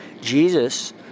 Jesus